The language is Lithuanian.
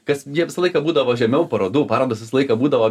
kas jie visą laiką būdavo žemiau parodų parodos visą laiką būdavo